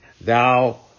thou